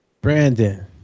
Brandon